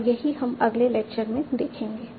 और यही हम अगले लेक्चर में देखेंगे